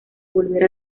volver